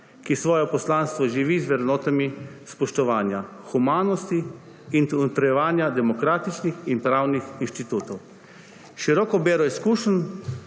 ki svoje poslanstvo živi z vrednotami spoštovanja, humanosti in utrjevanja demokratičnih in pravnih inštitutov. S široko bero izkušenj